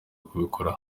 kubikorera